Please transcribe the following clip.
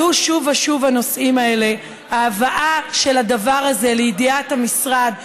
עלו שוב ושוב הנושאים האלה: ההבאה של הדבר הזה לידיעת המשרד,